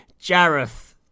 Jareth